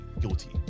guilty